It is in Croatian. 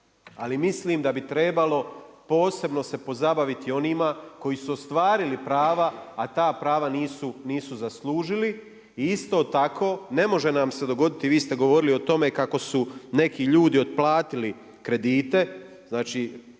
ali mislim da bi trebalo posebno se pozabaviti onima koji su ostvarili prava a ta prava nisu zaslužili. Isto tako, ne može nam se dogoditi, vi ste govorili o tome kako su neki ljudi otplatili kredite, znači